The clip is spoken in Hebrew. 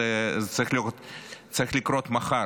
זה צריך לקרות מחר,